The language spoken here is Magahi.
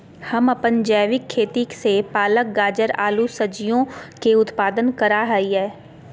हम अपन जैविक खेती से पालक, गाजर, आलू सजियों के उत्पादन करा हियई